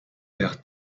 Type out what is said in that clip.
père